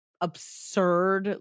absurd